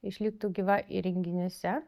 išliktų gyva įrenginiuose